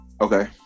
okay